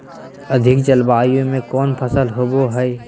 अधिक जलवायु में कौन फसल होबो है?